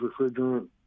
refrigerant